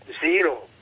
zero